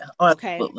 okay